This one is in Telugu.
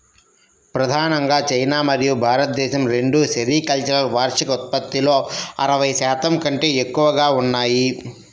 ప్రధానంగా చైనా మరియు భారతదేశం రెండూ సెరికల్చర్ వార్షిక ఉత్పత్తిలో అరవై శాతం కంటే ఎక్కువగా ఉన్నాయి